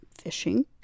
fishing